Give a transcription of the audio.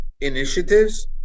initiatives